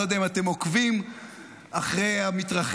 אני לא יודע אם אתם עוקבים אחרי המתרחש.